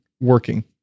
working